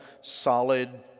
solid